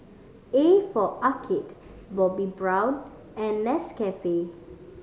A for Arcade Bobbi Brown and Nescafe